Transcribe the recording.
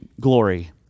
glory